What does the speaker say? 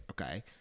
Okay